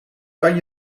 kan